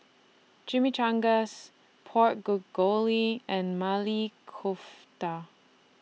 Chimichangas Pork and Maili Kofta